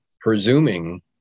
presuming